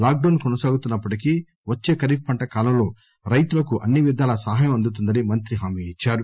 lock down కొనసాగుతున్న ప్పటికీ వచ్చే ఖరీఫ్ పంట కాలంలో రైతులకు అన్ని విధాలా సహాయం అందుతుందని మంత్రి హామీ ఇచ్చారు